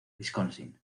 wisconsin